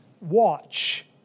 watch